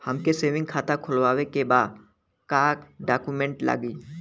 हमके सेविंग खाता खोलवावे के बा का डॉक्यूमेंट लागी?